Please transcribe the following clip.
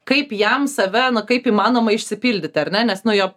kaip jam save na kaip įmanoma išsipildyt ar ne nes nu jo